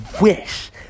wish